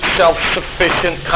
self-sufficient